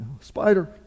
spider